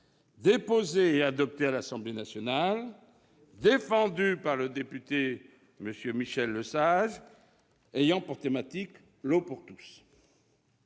déposée et adoptée à l'Assemblée nationale, défendue par M. le député Michel Lesage et ayant pour thématique l'eau pour tous.